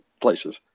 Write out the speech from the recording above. places